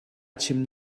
chim